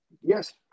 yes